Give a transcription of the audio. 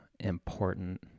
important